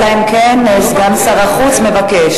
אלא אם כן סגן שר החוץ מבקש.